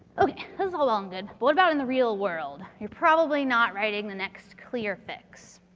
okay. this is all well and good. what about in the real world? you're probably not writing the next clearfix.